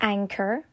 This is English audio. Anchor